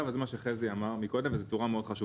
וזה מה שחזי אמר קודם וזה מאוד חשוב: